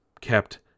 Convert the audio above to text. kept